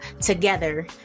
together